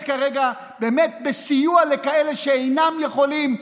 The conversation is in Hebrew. כרגע באמת בסיוע לכאלה שאינם יכולים,